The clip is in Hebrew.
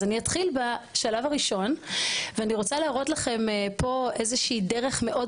אני רוצה להראות לכם איזושהי דרך מאוד